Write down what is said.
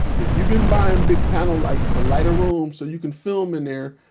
if you've been buying big panel lights to light a room so you can film in there,